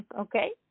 Okay